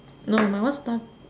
no my one start